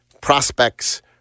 prospects